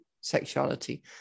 sexuality